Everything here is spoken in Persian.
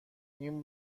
این